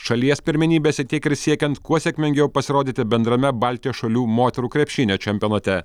šalies pirmenybėse tiek ir siekiant kuo sėkmingiau pasirodyti bendrame baltijos šalių moterų krepšinio čempionate